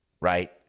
right